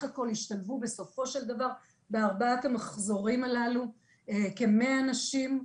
הכל ישתלבו בסופו של דבר בארבעת המחזורים הללו כ-100 נשים.